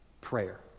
Prayer